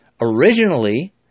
originally